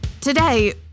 Today